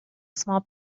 small